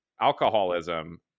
alcoholism